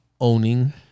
owning